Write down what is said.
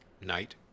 Night